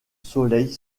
soleil